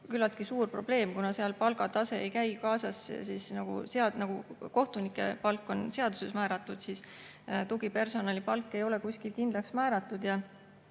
küllaltki suur probleem, kuna sealne palgatase ei käi [ajaga] kaasas. Kohtunike palk on seaduses määratud, aga tugipersonali palk ei ole kuskil kindlaks määratud